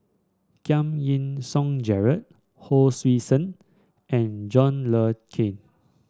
Giam Yean Song Gerald Hon Sui Sen and John Le Cain